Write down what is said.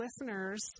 listeners